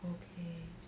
okay